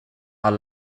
are